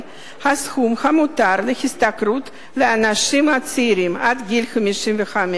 את הסכום המותר להשתכרות לאנשים צעירים עד גיל 55,